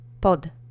POD